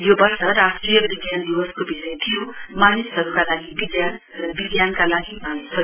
यो वर्ष राष्ट्रिय विज्ञान दिवसको विषय थियो मानिसहरुका लागि विज्ञन र विज्ञानका लागि मानिसहरु